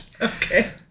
Okay